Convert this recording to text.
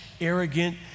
arrogant